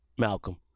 Malcolm